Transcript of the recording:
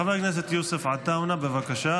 חבר הכנסת יוסף עטאונה, בבקשה.